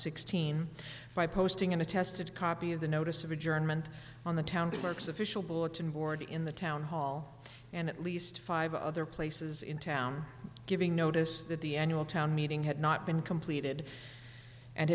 sixteen by posting in a tested copy of the notice of adjournment on the town works official bulletin board in the town hall and at least five other places in town giving notice that the annual town meeting had not been completed and